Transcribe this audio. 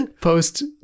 post